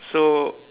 so